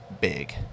big